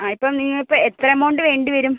ആ ഇപ്പം നിങ്ങൾ ഇപ്പം എത്ര എമൗണ്ട് വേണ്ടിവരും